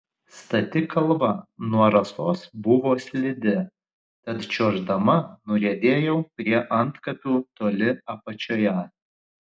stati kalva nuo rasos buvo slidi tad čiuoždama nuriedėjau prie antkapių toli apačioje